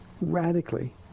radically